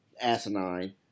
asinine